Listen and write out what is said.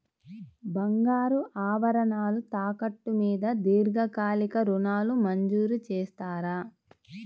బంగారు ఆభరణాలు తాకట్టు మీద దీర్ఘకాలిక ఋణాలు మంజూరు చేస్తారా?